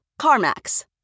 CarMax